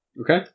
Okay